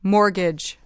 Mortgage